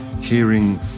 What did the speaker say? hearing